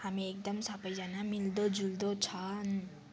हामी एकदम सबैजना मिल्दोजुल्दो छ